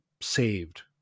saved